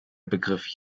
begriff